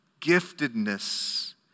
giftedness